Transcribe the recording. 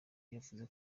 yavuze